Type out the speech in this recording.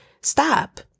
stop